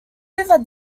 hoover